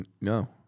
No